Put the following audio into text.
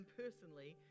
personally